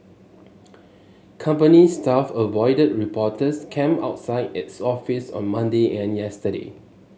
company staff avoided reporters camped outside its office on Monday and yesterday